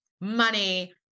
money